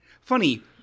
Funny